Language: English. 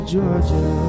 Georgia